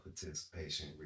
participation